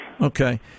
Okay